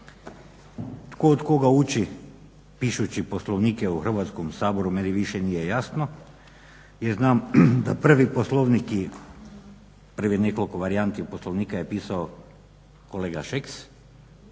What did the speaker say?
Tko od koga uči pišući Poslovnike u Hrvatskom saboru meni više nije jasno jer znam da prvi Poslovnik i prvih nekoliko varijanti Poslovnika je pisao kolega Šeks,